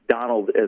Donald